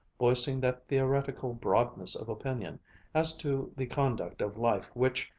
voicing that theoretical broadness of opinion as to the conduct of life which,